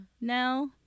Now